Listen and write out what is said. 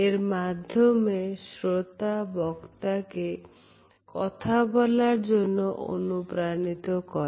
এর মাধ্যমে শ্রোতা বক্তা কে কথা বলার জন্য অনুপ্রাণিত করে